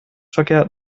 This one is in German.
verkehrt